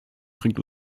bringt